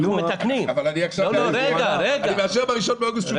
אני מאשר שב-1 באוגוסט הוא מייבא.